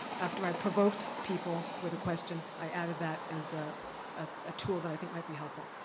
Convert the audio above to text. after i provoked people with a question i added that as ah a tool that i think might be helpful.